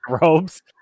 robes